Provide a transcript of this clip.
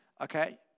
okay